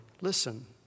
listen